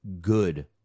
good